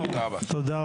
הישיבה ננעלה בשעה 11:00.